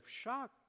shock